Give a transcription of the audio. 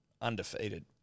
Undefeated